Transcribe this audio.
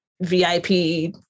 VIP